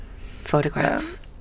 photograph